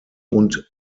und